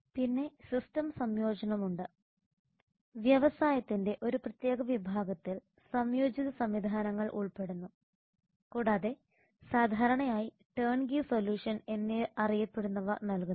പിന്നെ സിസ്റ്റം സംയോജനം ഉണ്ട് വ്യവസായത്തിന്റെ ഒരു പ്രത്യേക വിഭാഗത്തിൽ സംയോജിത സംവിധാനങ്ങൾ ഉൾപ്പെടുന്നു കൂടാതെ സാധാരണയായി ടേൺകീ സൊല്യൂഷൻ എന്നറിയപ്പെടുന്നവ നൽകുന്നു